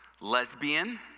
lesbian